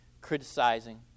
criticizing